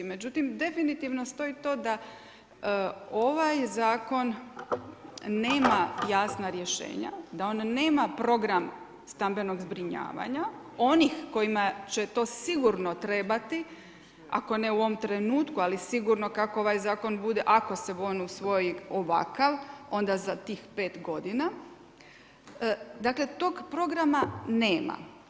Međutim definitivno stoji to da ovaj zakon nema jasna rješenja, da on nema program stambenog zbrinjavanja onih kojima će to sigurno trebati, ako ne u ovom trenutku ali sigurno kako ovaj zakon bude ako se on usvoji ovakav onda za tih pet godina, dakle tog programa nema.